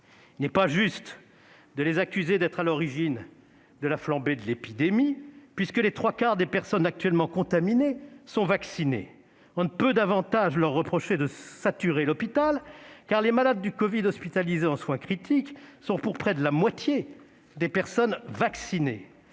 Il n'est pas juste de les accuser d'être à l'origine de la flambée de l'épidémie, puisque les trois quarts des personnes actuellement contaminées sont vaccinées. On ne peut davantage leur reprocher de saturer l'hôpital, car les malades du covid hospitalisés en soins critiques sont pour près de la moitié des personnes vaccinées.